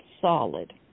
solid